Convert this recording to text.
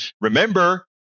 Remember